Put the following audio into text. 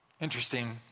interesting